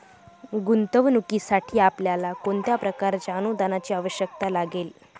गुंतवणुकीसाठी आपल्याला कोणत्या प्रकारच्या अनुदानाची आवश्यकता लागेल?